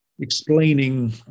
explaining